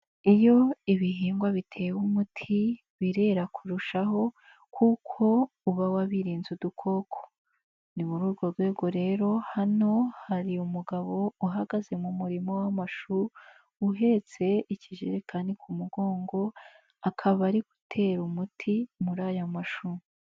Iyo ibihingwa bitewe umuti birera kurushaho kuko uba wabirinze udukoko, ni muri urwo rwego rero hano hari umugabo uhagaze mu murimo w'amashu, uhetse ikijerekani ku mugongo akaba ari gutera umuti muri aya mashu.